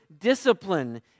discipline